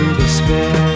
despair